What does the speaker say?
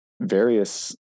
various